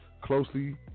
closely